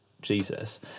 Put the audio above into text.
jesus